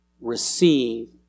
receive